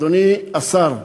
אדוני השר,